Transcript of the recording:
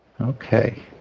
Okay